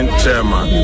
chairman